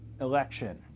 election